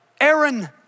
Aaron